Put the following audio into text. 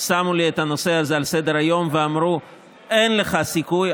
העמידו לי את הנושא הזה על סדר-היום ואמרו: אין לך סיכוי,